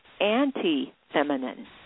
anti-feminine